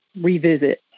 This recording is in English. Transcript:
revisit